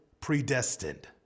predestined